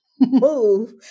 move